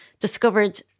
discovered